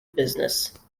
business